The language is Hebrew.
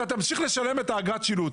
אתה תמשיך לשלם את אגרת השילוט,